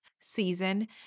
season